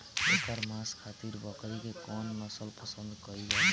एकर मांस खातिर बकरी के कौन नस्ल पसंद कईल जाले?